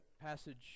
passage